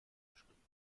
geschrieben